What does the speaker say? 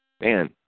man